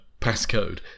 passcode